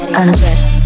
undress